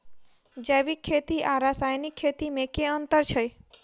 जैविक खेती आ रासायनिक खेती मे केँ अंतर छै?